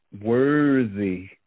worthy –